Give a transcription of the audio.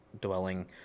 dwelling